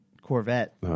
Corvette